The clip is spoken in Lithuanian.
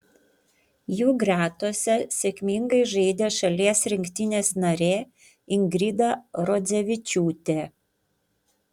jų gretose sėkmingai žaidė šalies rinktinės narė ingrida rodzevičiūtė